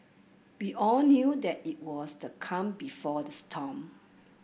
we all knew that it was the calm before the storm